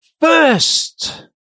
First